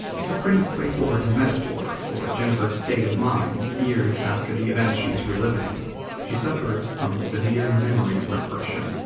it's a pretty straightforward and metaphor for jennifer's state of mind, years after the events she's reliving she suffers from severe memory repression.